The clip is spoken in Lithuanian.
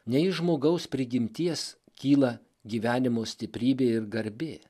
ne iš žmogaus prigimties kyla gyvenimo stiprybė ir garbė